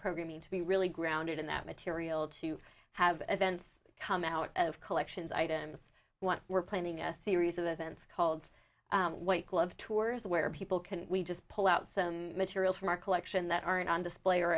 programming to be really grounded in that material to have events come out of collections items what we're planning a series of events called white glove tours where people can we just pull out some materials from our collection that aren't on display or